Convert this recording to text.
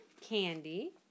candy